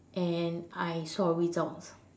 and I saw results